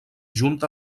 junt